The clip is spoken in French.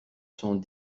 cent